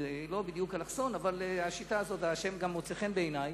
זה לא בדיוק אלכסון, אבל השם מוצא חן בעיני.